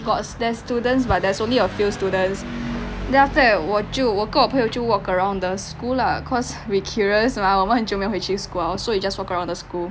got there's students but there's only a few students then after that 我就我跟我朋友就 walk around the school lah cause we curious mah 我们很久没回去 school liao so we just walk around the school